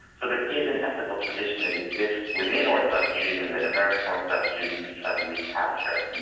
so there is an ethical tradition that exists within orthodox judaism that american orthodox jews need to try to recapture.